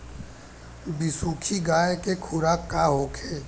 बिसुखी गाय के खुराक का होखे?